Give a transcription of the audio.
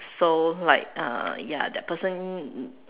so like uh ya that person